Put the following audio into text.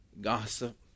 gossip